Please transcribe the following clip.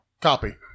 Copy